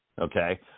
okay